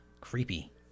Creepy